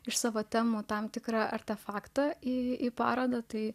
iš savo temų tam tikra artefaktą į parodą tai